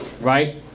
right